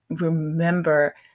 remember